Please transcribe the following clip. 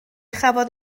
chafodd